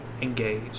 engage